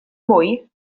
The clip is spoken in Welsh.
mwy